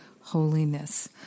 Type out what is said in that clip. holiness